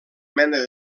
mena